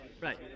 right